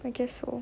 I guess so